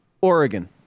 oregon